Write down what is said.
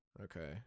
Okay